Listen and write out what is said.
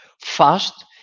fast